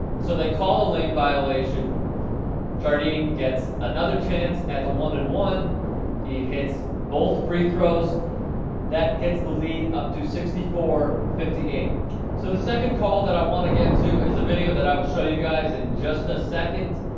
so they call the lane violation charting gets another chance at the one in one he hates both free throws that gets the lead up to sixty four fifty-eight fifty-eight so the second call that i want to get too is a video that i will show you guys in just a second